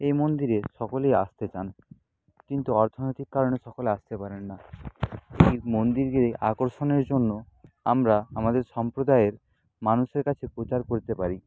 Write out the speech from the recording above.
এই মন্দিরে সকলেই আসতে চান কিন্তু অর্থনৈতিক কারণে সকলে আসতে পারেন না এই মন্দিরে আকর্ষণের জন্য আমরা আমাদের সম্প্রদায়ের মানুষের কাছে প্রচার করতে পারি